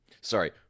Sorry